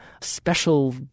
special